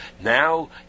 Now